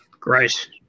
Great